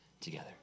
together